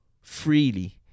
freely